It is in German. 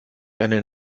einen